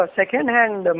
second-hand